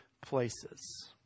places